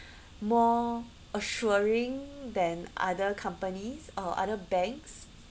more assuring than other companies or other banks